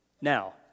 Now